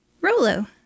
Rolo